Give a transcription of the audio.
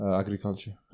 agriculture